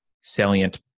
salient